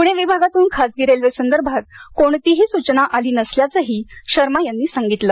पुणे विभागातून खासगी रेल्वे संदर्भात कोणतीही सूचना आली नसल्याचंही शर्मा यांनी सांगितलं